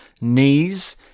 knees